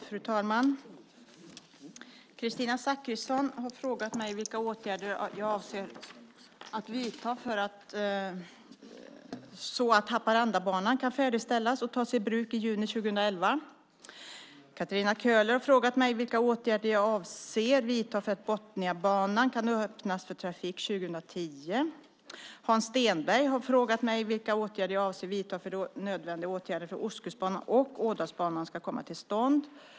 Fru talman! Kristina Zakrisson har frågat mig vilka åtgärder jag avser att vidta så att Haparandabanan kan färdigställas och tas i bruk i juni 2011. Katarina Köhler har frågat mig vilka åtgärder jag avser att vidta för att Botniabanan ska kunna öppnas för trafik år 2010. Hans Stenberg har frågat mig vilka åtgärder jag avser att vidta för att de nödvändiga åtgärderna på Ostkustbanan och Ådalsbanan ska komma till stånd.